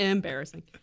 Embarrassing